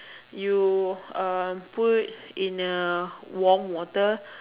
you um put in a warm water